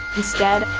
instead,